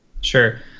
Sure